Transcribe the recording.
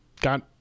got